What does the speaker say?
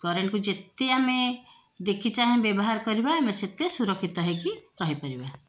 କରେଣ୍ଟ୍କୁ ଯେତେ ଆମେ ଦେଖି ଚାହିଁ ବ୍ୟବହାର କରିବା ଆମେ ସେତେ ସୁରକ୍ଷିତ ହେଇକି ରହିପାରିବା